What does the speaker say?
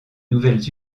nouvelles